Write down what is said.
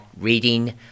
reading